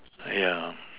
yeah